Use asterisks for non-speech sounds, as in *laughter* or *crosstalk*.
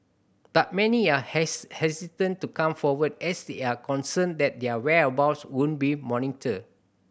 but many are *unintelligible* hesitant to come forward as they are concerned that their whereabouts would be monitored